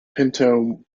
pinto